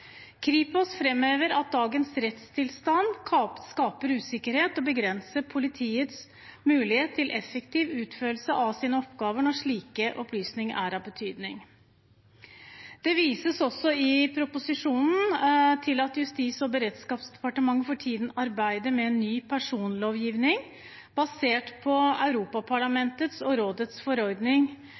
Kripos framhever at dagens rettstilstand skaper usikkerhet og begrenser politiets mulighet til effektiv utførelse av sine oppgaver når slike opplysninger er av betydning. Det vises i proposisjonen til at Justis- og beredskapsdepartementet for tiden arbeider med en ny personvernlovgivning basert på Europaparlamentets og Rådets forordning